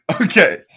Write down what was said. Okay